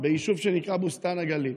ביישוב שנקרא בוסתן הגליל,